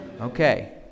Okay